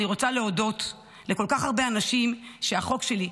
אני רוצה להודות לכל כך הרבה אנשים על כך שהחוק שלי,